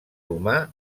humà